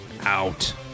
out